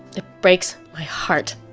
it breaks my heart